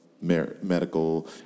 medical